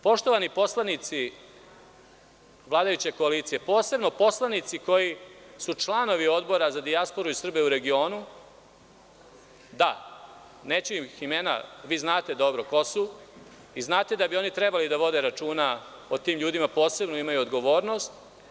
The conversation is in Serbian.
Poštovani poslanici vladajuće koalicije, posebno poslanici koji su članovi Odbora za dijasporu i Srbe u regionu, neću ih navoditi, njihova imena, jer vi znate dobro ko su i znate da bi trebalo da vode računa o tim ljudima, jer imaju posebnu odgovornost.